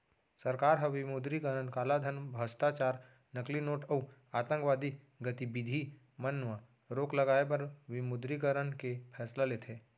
सरकार ह विमुद्रीकरन कालाधन, भस्टाचार, नकली नोट अउ आंतकवादी गतिबिधि मन म रोक लगाए बर विमुद्रीकरन के फैसला लेथे